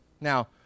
Now